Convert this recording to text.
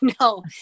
No